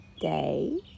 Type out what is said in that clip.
Day